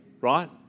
right